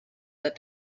that